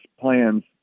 plans